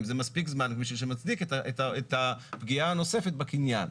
זה מספיק זמן שמצדיק את הפגיעה הנוספת בקניין.